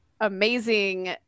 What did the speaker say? amazing